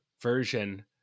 version